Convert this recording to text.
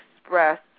Express